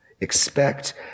Expect